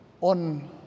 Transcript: on